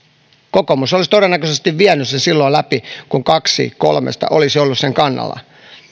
kokoomus olisi todennäköisesti vienyt sen silloin läpi kun kaksi kolmesta olisi ollut sen kannalla